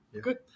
Good